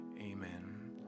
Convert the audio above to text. amen